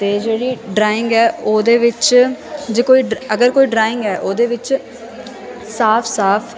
ਅਤੇ ਜਿਹੜੀ ਡਰਾਇੰਗ ਹੈ ਉਹਦੇ ਵਿੱਚ ਜੇ ਕੋਈ ਅਗਰ ਕੋਈ ਡਰਾਇੰਗ ਹੈ ਉਹਦੇ ਵਿੱਚ ਸਾਫ ਸਾਫ